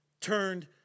turned